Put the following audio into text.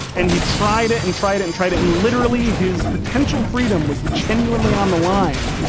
and he tried it and tried it and tried it, and literally his potential freedom was genuinely on the line,